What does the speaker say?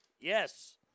Yes